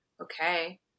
okay